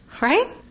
Right